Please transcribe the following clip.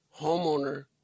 homeowner